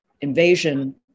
invasion